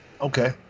Okay